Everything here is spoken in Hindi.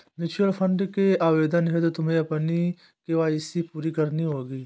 म्यूचूअल फंड के आवेदन हेतु तुम्हें अपनी के.वाई.सी पूरी करनी होगी